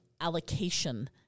allocation